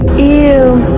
you!